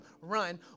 run